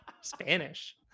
Spanish